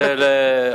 זה לחיים כץ.